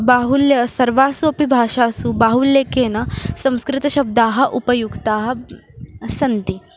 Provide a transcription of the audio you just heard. बाहुल्यं सर्वासु अपि भाषासु बाहुल्यकेन संस्कृतशब्दाः उपयुक्ताः सन्ति